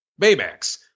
Baymax